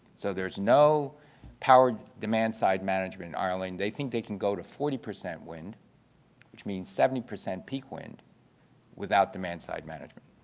so there's no power demand-side management in ireland. they think they can go to forty percent wind which means seventy percent peak wind without demand-side management.